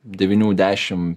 devynių dešimt